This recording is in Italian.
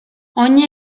ogni